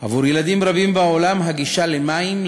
עבור ילדים רבים בעולם הגישה למים,